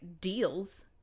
deals